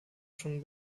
schon